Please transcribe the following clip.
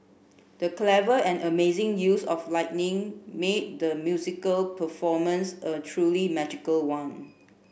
the clever and amazing use of lighting made the musical performance a truly magical one